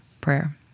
prayer